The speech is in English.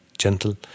gentle